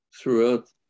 Throughout